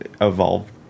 evolved